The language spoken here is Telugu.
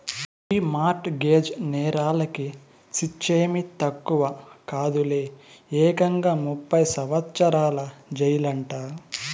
ఈ మార్ట్ గేజ్ నేరాలకి శిచ్చేమీ తక్కువ కాదులే, ఏకంగా ముప్పై సంవత్సరాల జెయిలంట